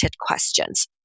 questions